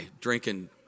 drinking